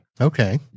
Okay